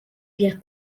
wird